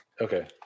Okay